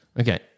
Okay